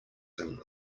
sing